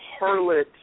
harlot